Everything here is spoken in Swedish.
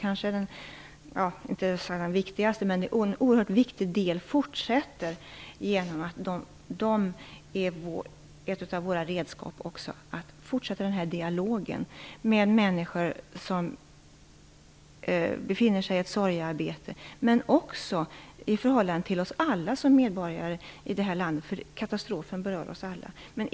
En oerhört viktig sak är att etiska rådet fortsätter att vara ett av våra redskap för att ha den här dialogen med människor som befinner sig i ett sorgearbete men också i förhållande till oss andra medborgare i landet - katastrofen berör oss alla.